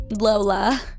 Lola